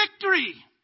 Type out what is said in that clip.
victory